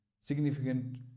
significant